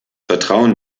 vertrauen